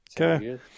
okay